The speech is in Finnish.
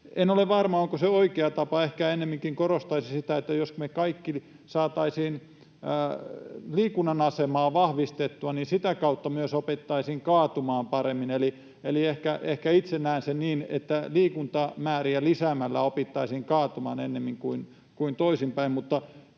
En ole varma, onko se oikea tapa. Ehkä ennemminkin korostaisin sitä, että jos me kaikki saataisiin liikunnan asemaa vahvistettua, niin sitä kautta myös opittaisiin kaatumaan paremmin, eli ehkä itse näen sen niin, että liikuntamääriä lisäämällä opittaisiin kaatumaan, ennemmin kuin toisinpäin,